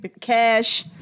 Cash